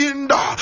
Inda